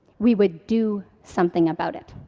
we would do something about it.